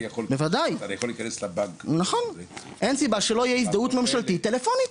אין סיבה שלא יהיה הזדהות ממשלתית טלפונית.